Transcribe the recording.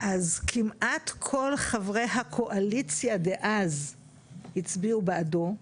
כמעט כל חברי הקואליציה דאז הצביעו בעדו,